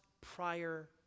prior